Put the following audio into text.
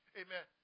amen